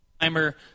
timer